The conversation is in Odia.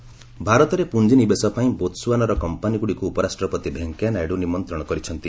ବୋତ୍ସୁଆନା ଭିପି ଭାରତରେ ପୁଞ୍ଜି ନିବେଶ ପାଇଁ ବୋତ୍ସୁଆନାର କମ୍ପାନିଗୁଡ଼ିକୁ ଉପରାଷ୍ଟ୍ରପତି ଭେଙ୍କାୟା ନାଇଡୁ ନିମନ୍ତ୍ରଣ କରିଛନ୍ତି